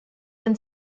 been